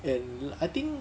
and I think